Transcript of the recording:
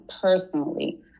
personally